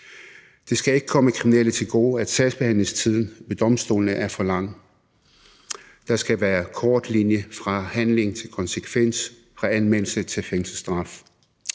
Det skal ikke komme kriminelle til gode, at sagsbehandlingstiden ved domstolene er for lang. Der skal være kort fra handling til konsekvens; fra anmeldelse til fængselsstraf.